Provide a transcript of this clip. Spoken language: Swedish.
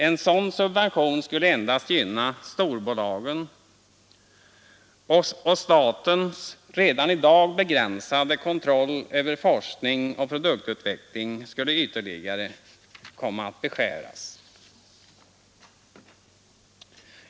En sådan subvention skulle endast gynna storbolagen, och statens redan i dag begränsade kontroll över forskning och produktutveckling skulle ytterligare beskäras.